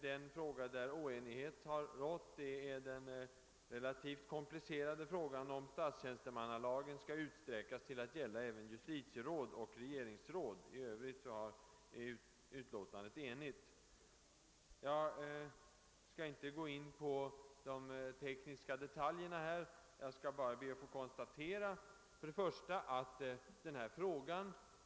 Den fråga, om vilken oenighet har rått, är den relativt komplicerade frågan om statstjänstemannalagen skall utsträckas till att gälla även justitieråd och regeringsråd. I övrigt har utskottet varit enigt.